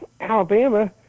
Alabama